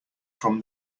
from